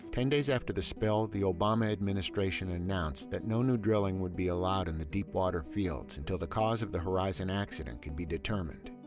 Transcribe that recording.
ten days after the spill, the obama administration announced that no new drilling would be allowed in the deepwater fields until the cause of the horizon accident could be determined.